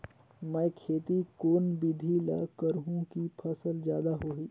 मै खेती कोन बिधी ल करहु कि फसल जादा होही